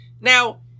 now